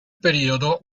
periodo